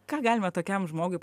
ką galima tokiam žmogui